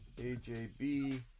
ajb